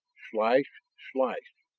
slice, slice!